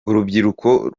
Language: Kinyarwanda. urubyiruko